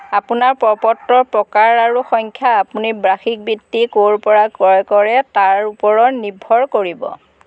আপোনাৰ প্ৰ পত্ৰৰ প্ৰকাৰ আৰু সংখ্যা আপুনি বাৰ্ষিক বৃত্তি ক'ৰ পৰা ক্ৰয় কৰে তাৰ ওপৰত নিৰ্ভৰ কৰিব